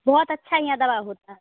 बहुत अच्छा यहाँ दवा होता है